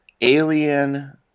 alien